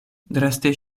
draste